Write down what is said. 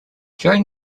during